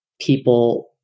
people